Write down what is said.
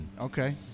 Okay